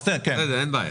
בסדר, אין בעיה.